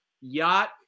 yacht